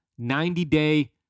90-day